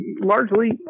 largely